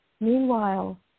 Meanwhile